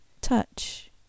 touch